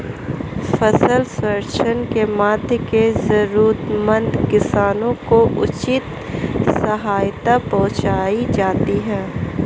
फसल सर्वेक्षण के माध्यम से जरूरतमंद किसानों को उचित सहायता पहुंचायी जाती है